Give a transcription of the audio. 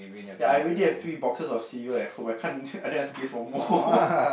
ya I already have three boxes of cereal at home I can't I don't have space for more